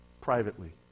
privately